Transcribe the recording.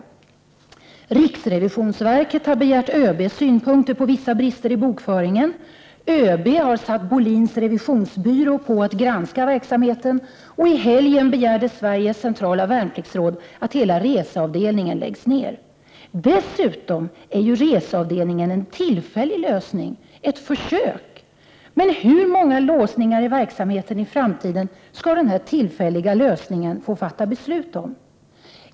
Riksrevisionsverket har begärt ÖB:s synpunkter på vissa brister i bokföringen. ÖB har satt Bohlins Revisionsbyrå på att granska verksamheten. I helgen begärde Sveriges centrala värnpliktsråd att hela reseavdelningen skall läggas ner. Dessutom är reseavdelningen en tillfällig lösning, ett försök. Men hur många låsningar i verksamheten i framtiden skall denna tillfälliga lösning få fatta beslut om?